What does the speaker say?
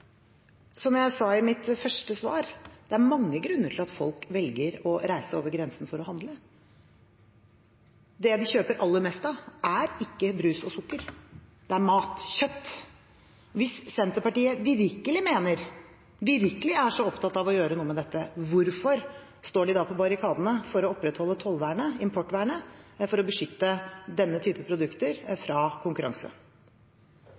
Som jeg sa i mitt første svar: Det er mange grunner til at folk velger å reise over grensen for å handle. Det de kjøper aller mest av, er ikke brus og sukker; det er mat – kjøtt. Hvis Senterpartiet virkelig mener og virkelig er så opptatt av å gjøre noe med dette: Hvorfor står de da på barrikadene for å opprettholde tollvernet, importvernet? Det er for å beskytte denne typen produkter